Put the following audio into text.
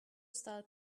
style